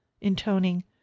intoning